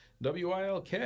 WILK